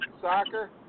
Soccer